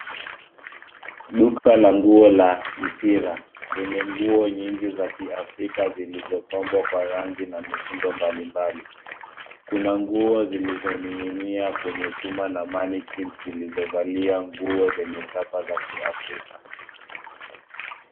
Duka la nguo la Ithira lenye nguo nyingi za kiafrika zilizopambwa kwa rangi na mitindo mbalimbali. Kuna nguo zilizoning'inia kwenye chuma na mannequins zilizovalia nguo zenye chapa za kiafrika.